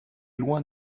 loin